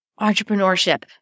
entrepreneurship